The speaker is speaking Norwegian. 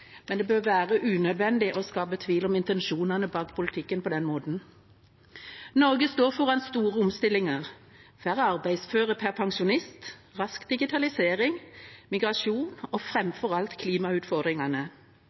men det bør være unødvendig å skape tvil om intensjonene bak politikken på den måten. Norge står foran store omstillinger – færre arbeidsføre per pensjonist, rask digitalisering, migrasjon og,